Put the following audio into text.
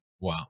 Wow